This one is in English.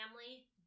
family